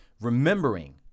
Remembering